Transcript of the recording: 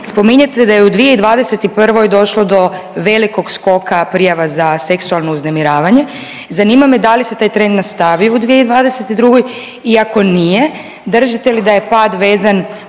Spominjete da je u 2021. došlo do velikog skoka prijava za seksualno uznemiravanje. Zanima me da li se taj trend nastavio u 2022. i ako nije držite li da je pad vezan